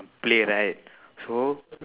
play right so